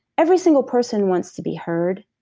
every single person wants to be heard,